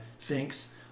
thinks